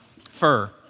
fur